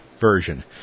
version